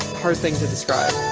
hard thing to describe.